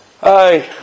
Hi